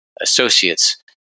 Associates